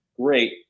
great